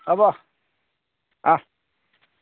হ'ব অঁ